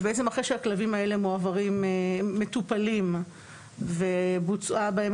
ובעצם אחרי שהכלבים האלה מטופלים ובוצעה בהם